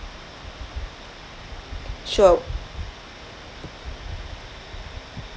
sure